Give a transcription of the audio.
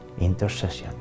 intercession